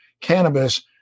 cannabis